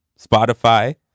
spotify